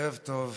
ערב טוב.